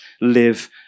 live